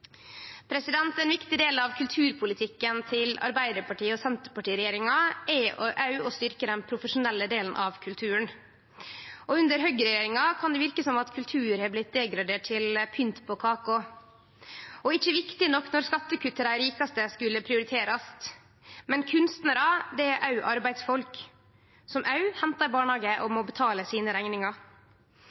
Ein viktig del av kulturpolitikken til Arbeidarparti–Senterparti-regjeringa er også å styrkje den profesjonelle delen av kulturen. Under høgreregjeringa kan det verke som om kultur har blitt degradert til pynt på kaka og ikkje viktig nok når skattekutt til dei rikaste skulle prioriterast. Men kunstnarar er også arbeidsfolk, som også hentar i barnehage og må betale rekningane sine.